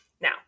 Now